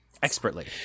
expertly